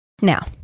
Now